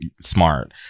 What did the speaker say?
smart